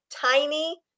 tiny